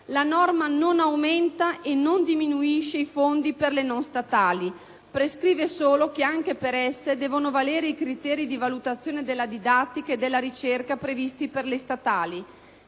La norma non aumenta e non diminuisce fondi per le non statali: prescrive solo che anche per esse debbano valere i criteri di valutazione della didattica e della ricerca previsti per le statali.